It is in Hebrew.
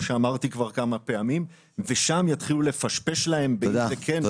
שאמרתי כבר כמה פעמים ושם יתחילו לפשפש להם בכליהם.